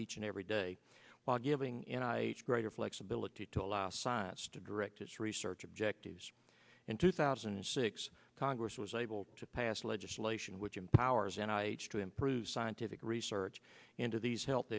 each and every day while giving in greater flexibility to allow science to direct its research objectives in two thousand and six congress was able to pass legislation which empowers and i each to improve scientific research into these health